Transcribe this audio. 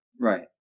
Right